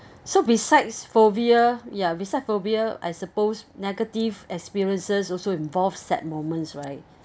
so besides phobia ya beside phobia I suppose negative experiences also involve sad moments right